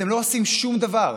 אתם לא עושים שום דבר.